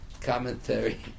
commentary